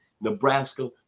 Nebraska